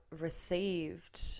received